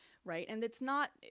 right? and it's not,